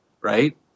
right